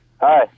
Hi